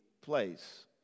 place